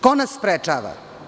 Ko nas sprečava?